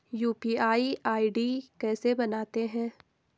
UPI ID कैसे बनाते हैं?